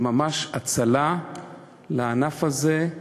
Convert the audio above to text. זה ממש הצלה לענף הזה,